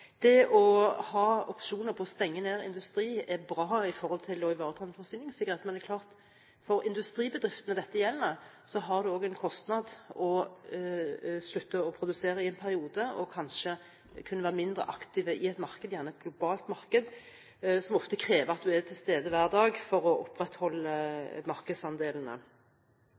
Det å ha opsjoner på å stenge ned industri er bra for å ivareta en forsyningssikkerhet. Men det er klart at for de industribedriftene dette gjelder, har det også en kostnad å slutte å produsere i en periode og kanskje kunne være mindre aktive i et marked – gjerne et globalt marked – som ofte krever at man må være til stede hver dag for å opprettholde markedsandelene.